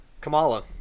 Kamala